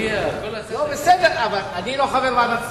זה יגיע, בסדר, אבל אני לא חבר ועדת הכספים.